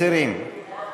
מסירים.